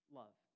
love